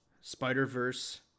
Spider-Verse